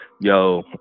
yo